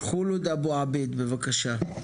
הודא אבו עבייד, בבקשה.